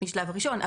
בשלב הראשון.